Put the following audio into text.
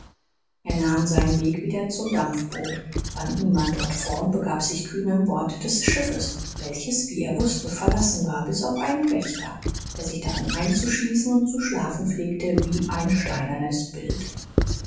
er nahm seinen weg wieder zum dampfboot fand niemand dort vor und begab sich kühn an bord des schiffes welches wie er wußte verlassen war bis auf einen wächter der sich darin einzuschließen und zu schlafen pflegte wie ein steinernes bild